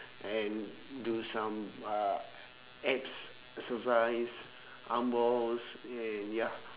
and do some uh abs exercise arm hauls and ya